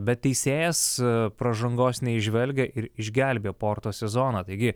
bet teisėjas pražangos neįžvelgė ir išgelbėjo porto sezoną taigi